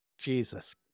Jesus